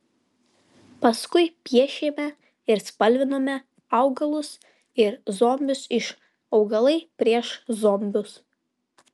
paskui piešėme ir spalvinome augalus ir zombius iš augalai prieš zombius